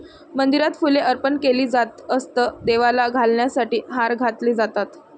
मंदिरात फुले अर्पण केली जात असत, देवाला घालण्यासाठी हार घातले जातात